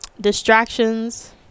distractions